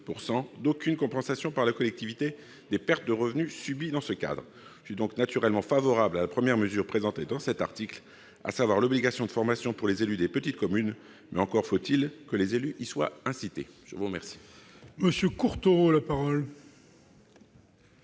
d'aucune compensation par la collectivité des pertes de revenus subies » dans ce cadre. Je suis donc naturellement favorable à la première mesure inscrite à cet article, à savoir l'obligation de formation pour les élus des petites communes. Mais encore faut-il que les élus soient incités à suivre des